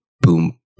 boom